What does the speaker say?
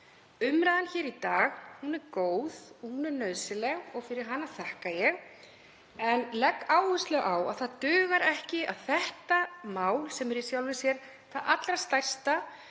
Umræðan hér í dag er góð, hún er nauðsynleg og fyrir hana þakka ég, en legg áherslu á að það dugar ekki að þetta mál, sem er í sjálfu sér það allra stærsta